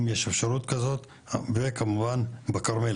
אם יש אפשרות כזאת וכמובן בכרמל,